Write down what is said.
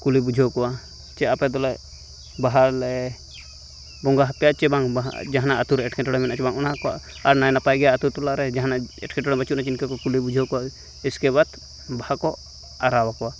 ᱠᱩᱞᱤ ᱵᱩᱡᱷᱟᱹᱣ ᱠᱚᱣᱟ ᱪᱮᱫ ᱟᱯᱮᱫᱚᱞᱮ ᱵᱟᱦᱟᱞᱮ ᱵᱚᱸᱜᱟ ᱦᱟᱯᱮᱭᱟ ᱪᱮ ᱵᱟᱝ ᱡᱟᱦᱟᱱᱟᱜ ᱟ ᱛᱩᱨᱮ ᱮᱴᱠᱮᱴᱚᱬᱮ ᱢᱮᱱᱟᱜᱼᱟ ᱪᱮ ᱵᱟᱝ ᱚᱱᱟᱠᱚ ᱟᱨ ᱱᱟᱭᱼᱱᱟᱯᱟᱭ ᱜᱮᱭᱟ ᱟᱹᱛᱩᱼᱴᱚᱞᱟ ᱡᱟᱦᱟᱱᱟᱜ ᱮᱴᱠᱮᱴᱚᱬᱮ ᱵᱟᱹᱪᱩᱜ ᱟᱹᱱᱤᱡ ᱤᱱᱠᱟᱹᱠᱚ ᱠᱩᱞᱤ ᱵᱩᱡᱷᱟᱹᱣ ᱠᱚᱣᱟ ᱤᱥᱠᱮ ᱵᱟᱫᱽ ᱵᱟᱦᱟᱠᱚ ᱟᱨᱟᱣᱟᱠᱚᱣᱟ